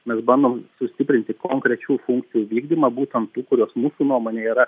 mes bandom sustiprinti konkrečių funkcijų vykdymą būtent tų kurios mūsų nuomone yra